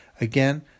Again